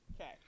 okay